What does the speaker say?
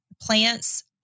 Plants